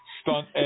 Stunt